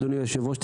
אדוני היושב-ראש,